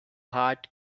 heart